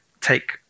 take